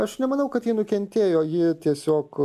aš nemanau kad ji nukentėjo ji tiesiog